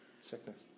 sickness